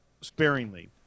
sparingly